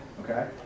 Okay